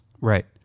right